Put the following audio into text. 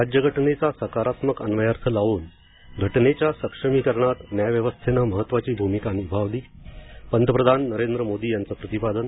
राज्यघटनेचा सकारात्मक अन्वयार्थ लावून घटनेच्या सक्षमीकरणात न्यायव्यवस्थेने महत्त्वाची भूमिका निभावली पंतप्रधान नरेंद्र मोदी यांचे प्रतिपादन